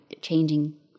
changing